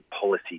policy